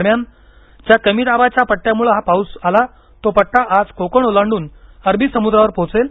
दरम्यान ज्या कमीदाबाच्या पट्ट्यामुळे हा पाऊस आला तो पट्टा आज कोकण ओलांडून अरबी समुद्रावर पोहोचेल